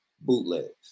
bootlegs